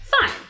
fine